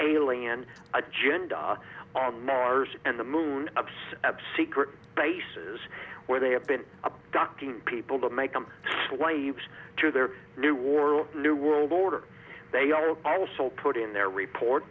alien agenda on mars and the moon obsess about secret bases where they have been abducting people to make them slaves to their new or new world order they are also put in their report